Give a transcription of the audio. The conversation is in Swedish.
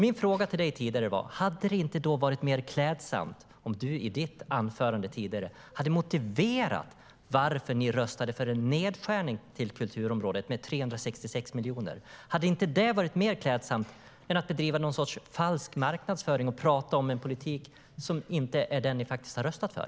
Min fråga till dig tidigare var: Hade det inte varit mer klädsamt om du i ditt tidigare anförande hade motiverat varför ni röstade för en nedskärning av kulturområdet med 366 miljoner? Hade inte det varit mer klädsamt än att bedriva någon sorts falsk marknadsföring och prata om en politik som faktiskt inte är den ni har röstat för?